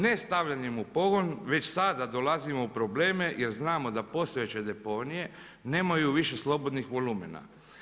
Ne stavljanjem u pogon, već sada dolazimo u probleme, jer znamo da postojeće deponije nemaju više slobodnih volumena.